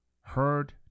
heard